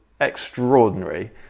extraordinary